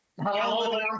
hello